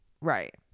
Right